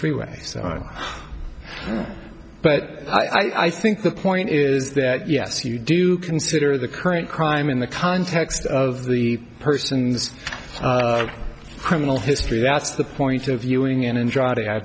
freeway but i think the point is that yes you do consider the current crime in the context of the person's criminal history that's the point of viewing in